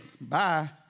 Bye